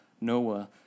Noah